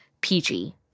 PG